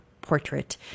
portrait